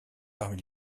parmi